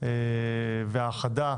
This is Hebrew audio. והאחדה